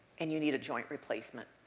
and you need a joint replacement.